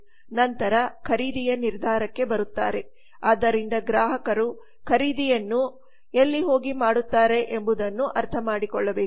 ನಂತರ ಖರೀದಿಯ ನಿರ್ಧಾರಕ್ಕೆ ಬರುತ್ತದೆ ಆದ್ದರಿಂದ ಗ್ರಾಹಕರು ಖರೀದಿಯನ್ನು ಎಲ್ಲಿಗೆ ಹೋಗುತ್ತಾರೆ ಎಂಬುದನ್ನು ಅರ್ಥಮಾಡಿಕೊಳ್ಳುವುದು